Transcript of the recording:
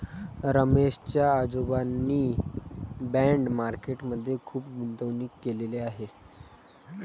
रमेश च्या आजोबांनी bond market मध्ये खुप गुंतवणूक केलेले आहे